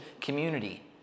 community